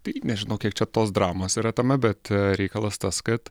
tai nežinau kiek čia tos dramos yra tame bet reikalas tas kad